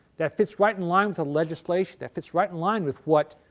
that fits right in line with the legislation, that fits right in line with what